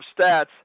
stats